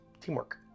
Teamwork